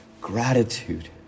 gratitude